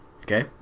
okay